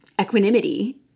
equanimity